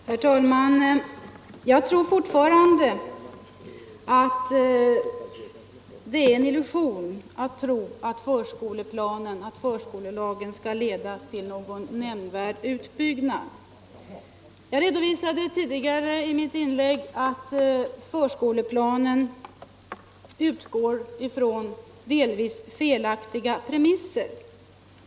Herr talman! Det är enligt min mening fortfarande en illusion att tro att förskolelagen skall leda till någon nämnvärd utbyggnad. Jag redovisade i ett tidigare inlägg att förskoleplanen utgår från delvis felaktiga premisser.